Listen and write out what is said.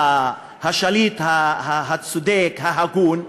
השליט הצודק, ההגון,